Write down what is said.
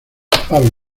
fabio